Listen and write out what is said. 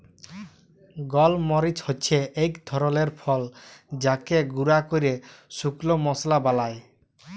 গল মরিচ হচ্যে এক ধরলের ফল যাকে গুঁরা ক্যরে শুকল মশলা বালায়